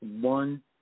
one